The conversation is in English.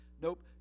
Nope